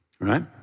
right